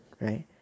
right